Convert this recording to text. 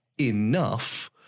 enough